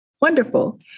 Wonderful